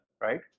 right